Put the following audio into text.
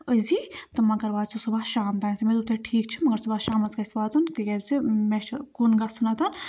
أزی تہٕ مگر واتہِ سُہ سُہ واتہِ شام تانٮ۪تھ مےٚ دوٚپ تۄہہِ ٹھیٖک چھِ مگر سُہ واتہِ شامَس گژھِ واتُن تِکیٛازِ مےٚ چھِ کُن گژھُنَتھَن